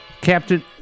captain